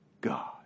God